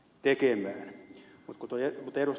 mutta kun ed